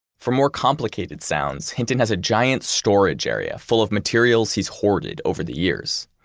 for more complicated sounds, hinton has a giant storage area full of materials he's hoarded over the years.